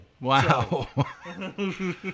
Wow